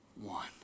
One